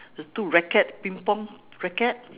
the two racket ping pong racket